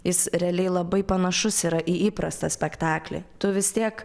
jis realiai labai panašus yra į įprastą spektaklį tu vis tiek